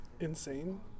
Insane